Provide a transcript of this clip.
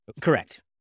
Correct